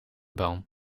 boom